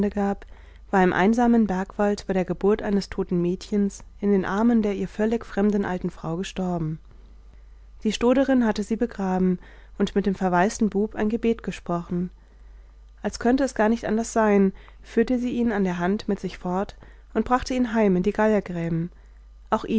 war im einsamen bergwald bei der geburt eines toten mädchens in den armen der ihr völlig fremden alten frau gestorben die stoderin hatte sie begraben und mit dem verwaisten buben ein gebet gesprochen als könnte es gar nicht anders sein führte sie ihn an der hand mit sich fort und brachte ihn heim in die geiergräben auch